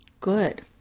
Good